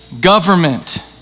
government